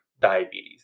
diabetes